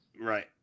Right